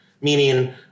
Meaning